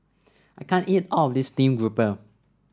I can't eat all of this Steamed Grouper